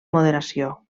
moderació